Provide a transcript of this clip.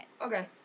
okay